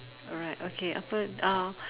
alright okay apa uh